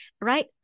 right